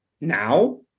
now